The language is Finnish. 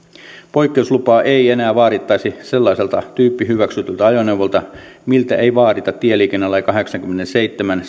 poikkeuslupaa ei enää vaadittaisi sellaiselta tyyppihyväksytyltä ajoneuvolta miltä ei vaadita tieliikennelain kahdeksannenkymmenennenseitsemännen